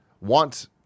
want –